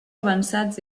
avançats